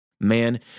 man